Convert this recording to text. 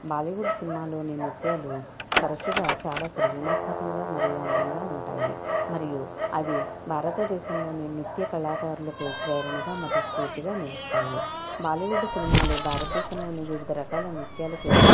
Bollywood cinema లోని నృత్యాలు తరచుగా చాలా సృజనాత్మకంగా మరియు అందంగా ఉంటాయి మరియు అవి భారతదేశంలోని నృత్యకళాకారులకు ప్రేరణగా మరియు స్ఫూర్తిగా నిలుస్తాయి బాలీవుడ్ సినిమాలు భారతదేశంలోని వివిధ రకాల నృత్యాలకు